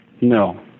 No